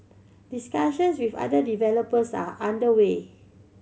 discussions with other developers are under way